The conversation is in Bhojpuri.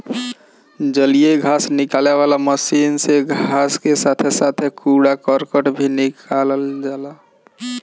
जलीय घास निकाले वाला मशीन से घास के साथे साथे कूड़ा करकट भी निकल जाला